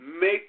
make